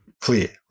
clear